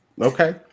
Okay